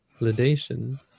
validation